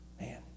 man